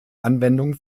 anwendung